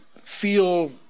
feel